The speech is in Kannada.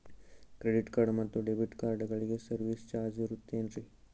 ಕ್ರೆಡಿಟ್ ಕಾರ್ಡ್ ಮತ್ತು ಡೆಬಿಟ್ ಕಾರ್ಡಗಳಿಗೆ ಸರ್ವಿಸ್ ಚಾರ್ಜ್ ಇರುತೇನ್ರಿ?